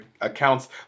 accounts